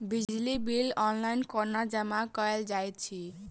बिजली bill online कोना जमा कएल जाइत अछि?